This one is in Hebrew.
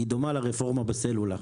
היא דומה לרפורמה בסלולר.